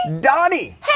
Donnie